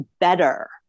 better